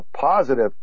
positive